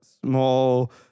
small